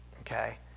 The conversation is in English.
Okay